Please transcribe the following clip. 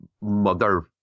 mother